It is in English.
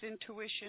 intuition